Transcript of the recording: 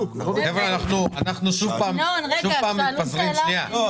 חבר'ה, זה קשה, אי אפשר לשמוע.